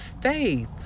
faith